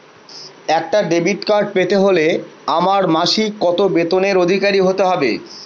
একটা debit card পেতে হলে আমার মাসিক কত বেতনের অধিকারি হতে হবে?